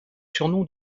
surnom